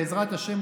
בעזרת השם,